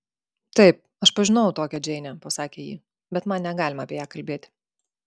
taip aš pažinojau tokią džeinę pasakė ji bet man negalima apie ją kalbėti